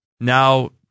now